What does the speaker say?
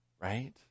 Right